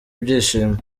ibyishimo